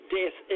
death